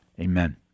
amen